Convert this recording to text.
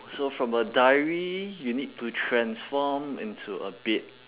so from a diary you need to transform into a bed